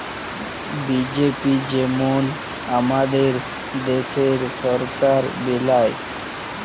BJP যেমল আমাদের দ্যাশের সরকার বেলায়